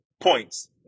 points